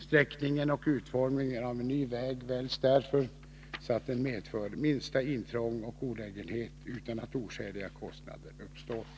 Sträckningen och utformningen av en ny väg väljs därför så att den medför minsta intrång och olägenhet utan att oskäliga kostnader uppstår.